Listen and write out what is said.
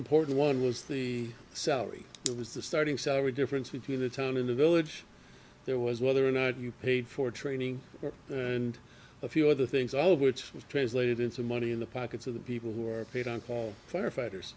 important one was the salary was the starting salary difference between the time in the village there was whether or not you paid for training and a few other things all of which was translated into money in the pockets of the people who are paid on call firefighters